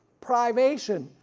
privation,